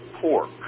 pork